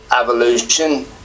evolution